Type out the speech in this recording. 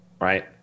right